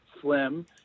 slim